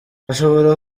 ashobora